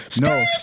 No